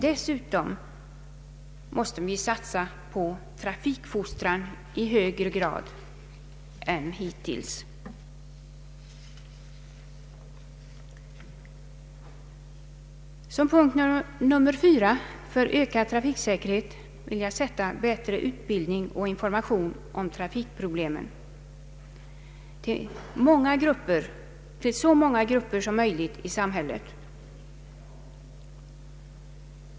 Dessutom måste vi satsa på trafikfostran i högre grad än hittills. Som punkt nr 4 för ökad trafiksäkerhet vill jag sätta bättre utbildning och information om trafikproblemen till så många grupper som möjligt i samhället.